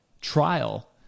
trial